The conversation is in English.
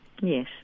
Yes